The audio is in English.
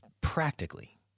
Practically